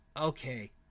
okay